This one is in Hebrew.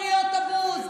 למרות קריאות הבוז.